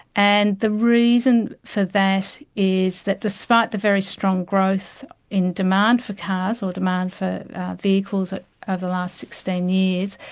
and the reason for that is that despite the very strong growth in demand for cars, or demand for vehicles over ah ah the last sixteen years,